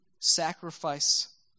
sacrifice